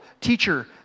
teacher